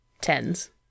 tens